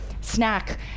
snack